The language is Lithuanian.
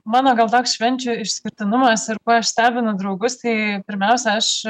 mano gal toks švenčių išskirtinumas ir kuo aš stebinu draugus tai pirmiausia aš